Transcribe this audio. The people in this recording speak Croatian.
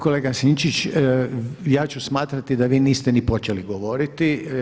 Kolega Sinčić ja ću smatrati da vi niste ni počeli govoriti.